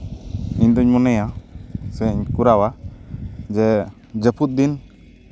ᱤᱧ ᱫᱚ ᱧ ᱢᱚᱱᱮᱭᱟ ᱥᱮᱧ ᱠᱚᱨᱟᱣᱟ ᱡᱮ ᱡᱟᱹᱯᱩᱫ ᱫᱤᱱ